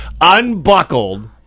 unbuckled